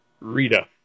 Rita